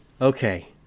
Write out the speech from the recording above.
Okay